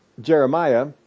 Jeremiah